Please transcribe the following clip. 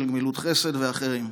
של גמילות חסד ואחרים.